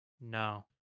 No